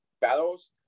battles